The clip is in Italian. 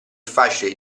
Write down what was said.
facile